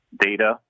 data